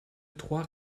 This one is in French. trois